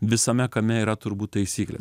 visame kame yra turbūt taisyklės